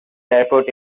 airport